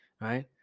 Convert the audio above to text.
right